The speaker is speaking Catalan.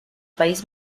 país